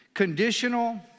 Conditional